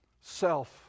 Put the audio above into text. Self